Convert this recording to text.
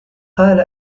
قال